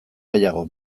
gehiago